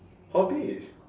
hobbies